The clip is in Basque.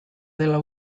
dela